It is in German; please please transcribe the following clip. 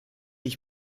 ich